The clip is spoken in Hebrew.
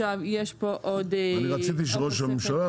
אני רציתי שראש הממשלה,